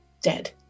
dead